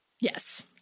Yes